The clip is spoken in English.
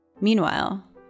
Meanwhile